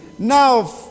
Now